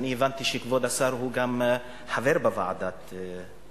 אני הבנתי שכבוד השר הוא גם חבר בוועדת השמות,